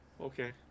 Okay